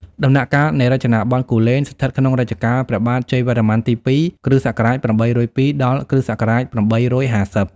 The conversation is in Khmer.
ដំណាក់កាលនៃរចនាបថគូលែន ស្ថិតក្នុងរជ្ជកាលព្រះបាទជ័យវរ្ម័នទី២ (គ.ស. ៨០២ ដល់ គ.ស. ៨៥០)។